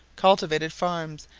cultivated farms,